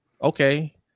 Okay